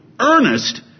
earnest